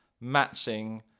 matching